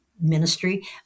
ministry